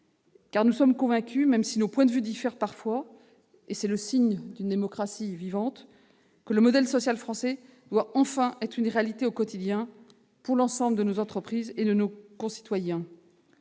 Car nous sommes convaincus, même si nos points de vue diffèrent parfois, ce qui est le signe d'une démocratie vivante, que le modèle social français doit enfin être une réalité au quotidien pour l'ensemble des entreprises et de nos concitoyens.